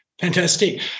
Fantastic